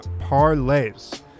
parlays